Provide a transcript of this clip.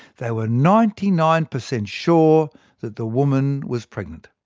they were ninety nine percent sure the the woman was pregnant.